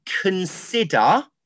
consider